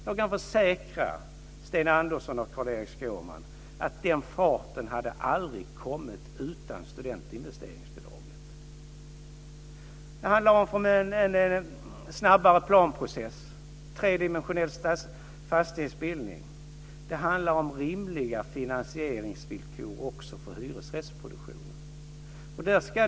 Jag kan försäkra Sten Andersson och Carl-Erik Skårman att den farten hade det aldrig blivit utan studentinvesteringsbidraget. Det handlar om en snabbare planprocess och tredimensionell fastighetsbildning. Det handlar om rimliga finansieringsvillkor också för hyresrättsproduktionen.